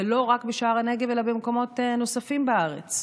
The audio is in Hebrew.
ולא רק בשער הנגב אלא במקומות נוספים בארץ,